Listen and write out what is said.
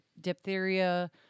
diphtheria